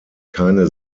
keine